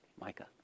Micah